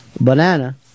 banana